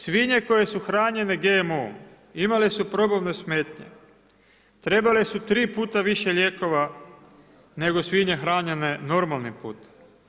Svinje koje su hranjene GMO, imale su probavne smetnje, trebale su 3 puta više lijekova, nego svinje hranjene normalnim putem.